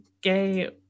gay